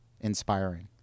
inspiring